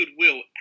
goodwill